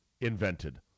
invented